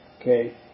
Okay